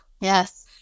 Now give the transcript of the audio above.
yes